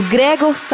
Gregor